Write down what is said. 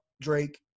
Drake